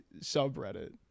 subreddit